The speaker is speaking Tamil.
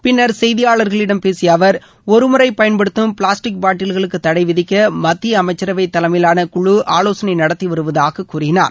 பின்னர் செய்தியாளர்களிடம் பேசிய அவர் ஒருமுறை பயன்படுத்தும் பிளாஸடிக் பாட்டில்களுக்கு தடை விதிக்க மத்திய அமைச்சரவை தலைமையிலான குழு ஆலோசனை நடத்தி வருவதாக கூறினார்